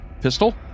pistol